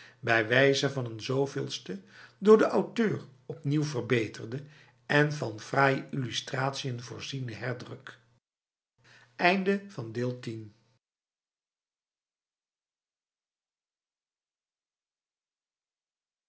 bij wijze van een zoveelste door de auteur opnieuw verbeterde en van fraaie illustratiën voorziene herdruk